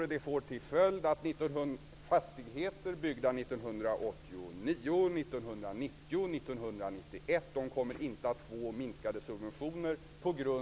Det beslut riksdagen kommer att fatta i dag får till följd att fastigheter byggda 1989, 1990 och 1991 inte får minskade subventioner.